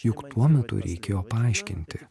juk tuo metu reikėjo paaiškinti